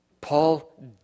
Paul